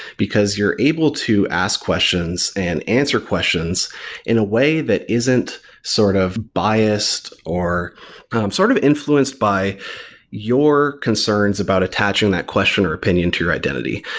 because you're able to ask questions and answer questions in a way that isn't sort of biased or some sort of influenced by your concerns about attaching that question or opinion to your identity.